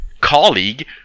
colleague